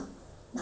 ya